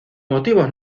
motivos